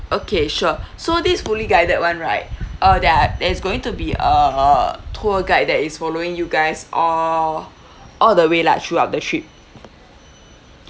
okay sure so this fully guided [one] right uh that are there's going to be a tour guide that is following you guys all all the way lah throughout the trip